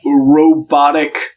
robotic